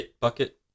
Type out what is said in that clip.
bucket